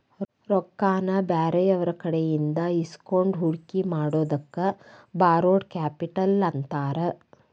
ರೊಕ್ಕಾನ ಬ್ಯಾರೆಯವ್ರಕಡೆಇಂದಾ ಇಸ್ಕೊಂಡ್ ಹೂಡ್ಕಿ ಮಾಡೊದಕ್ಕ ಬಾರೊಡ್ ಕ್ಯಾಪಿಟಲ್ ಅಂತಾರ